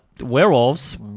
werewolves